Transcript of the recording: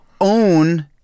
own